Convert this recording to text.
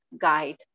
guide